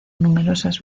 numerosas